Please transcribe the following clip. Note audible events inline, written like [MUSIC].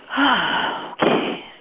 [NOISE] K